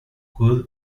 good